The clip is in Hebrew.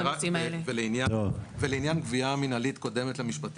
מה אדוני אומר לעניין גבייה מינהלית קודמת למשפטית?